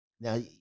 Now